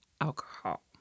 alcohol